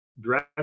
dress